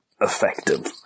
effective